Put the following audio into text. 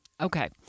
Okay